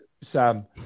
Sam